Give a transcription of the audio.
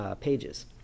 pages